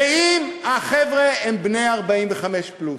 ואם החבר'ה הם בני 45 פלוס,